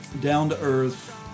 down-to-earth